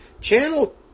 Channel